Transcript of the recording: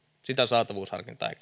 sitä saatavuusharkinta ei